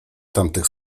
tamtych